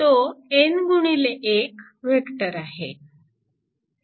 तो n गुणिले 1 vector आहे